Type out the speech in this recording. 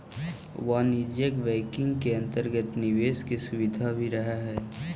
वाणिज्यिक बैंकिंग के अंतर्गत निवेश के सुविधा भी रहऽ हइ